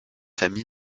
famille